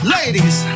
Ladies